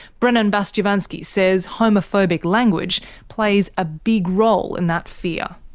brennan bastyovansky says homophobic language plays a big role in that fear.